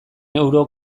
euro